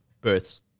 births